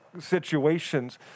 situations